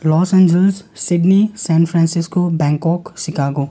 loss Angeles Sydney San Francisco Bangkok Chicago